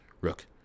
Rook